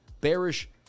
bearish